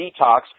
detox